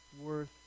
worth